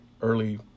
early